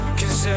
cause